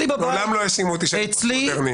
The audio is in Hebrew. מעולם לא האשימו אותי שאני פוסט-מודרני.